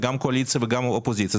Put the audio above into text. גם קואליציה וגם אופוזיציה,